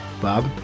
Bob